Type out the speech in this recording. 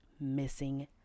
missing